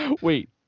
Wait